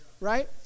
right